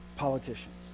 politicians